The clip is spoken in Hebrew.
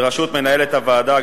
בראשות מנהלת הוועדה,